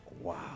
Wow